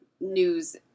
news